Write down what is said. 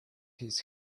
his